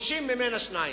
פורשים ממנה שניים.